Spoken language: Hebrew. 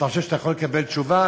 אתה חושב שאתה יכול לקבל תשובה?